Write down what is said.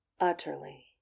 utterly